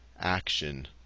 Action